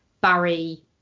Barry